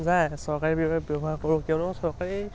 যায় চৰকাৰী এপ ব্যৱহাৰ কৰোঁ কিয়নো চৰকাৰী